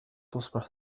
تصبح